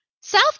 south